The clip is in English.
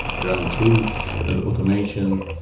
ground truth and automation.